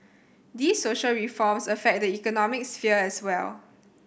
these social reforms affect the economic sphere as well